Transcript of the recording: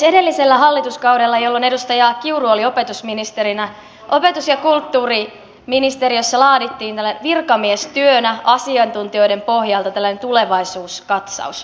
edellisellä hallituskaudella jolloin edustaja kiuru oli opetusministerinä opetus ja kulttuuriministeriössä laadittiin virkamiestyönä asiantuntijoiden pohjalta tulevaisuuskatsaus